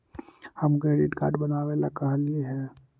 हम credit card बनावे ला कहलिऐ हे?